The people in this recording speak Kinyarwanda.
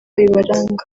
bibaranga